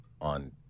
on